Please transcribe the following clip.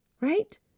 right